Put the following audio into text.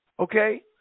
Okay